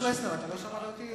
חבר הכנסת פלסנר, אתה לא שמעת אותי?